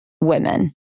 women